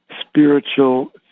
spiritual